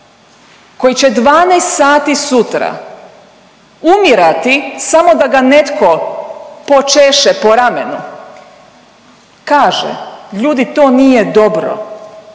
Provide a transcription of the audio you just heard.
koji će 12 sati sutra umirati samo da ga netko počeše po ramenu kaže, ljudi to nije dobro,